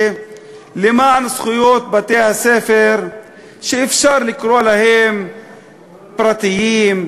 למען זכויות בתי-הספר שאפשר לקרוא להם פרטיים,